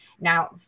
Now